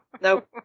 Nope